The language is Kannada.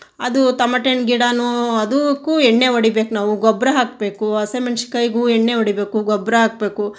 ಅದು ತಮಟಿ ಹಣ್ಣು ಗಿಡನೂ ಅದಕ್ಕು ಎಣ್ಣೆ ಹೊಡಿಬೇಕ್ ನಾವು ಗೊಬ್ಬರ ಹಾಕಬೇಕು ಹಸಿಮೆಣ್ಶಿಕಾಯ್ಗು ಎಣ್ಣೆ ಹೊಡಿಬೇಕು ಗೊಬ್ಬರ ಹಾಕ್ಬೇಕು